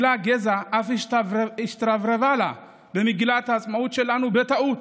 המילה "גזע" אף השתרבבה לה למגילת העצמאות שלנו בטעות,